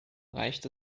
reicht